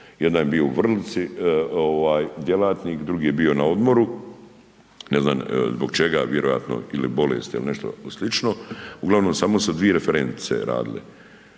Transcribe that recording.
jedan je bio u Vrlici ovaj djelatnik, drugi je bio na odmoru, ne znam zbog čega ili bolesti ili nešto slično uglavnom samo su dvije referentice radile,